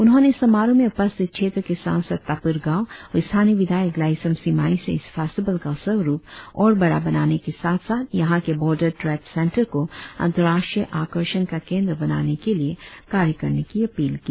उन्होंने समारोह में उपस्थित क्षेत्र के सांसद तापिर गाव और स्थानीय विधायक लाईसम सिमाई से इस फेस्टीवल का स्वरुप ओर बड़ा बनाने के साथ साथ यहा के बोर्डर ट्रेड सेंटर को अंतर्राष्ट्रीय आकर्षण का केंद्र बनाने के लिए कार्य करने की अपील की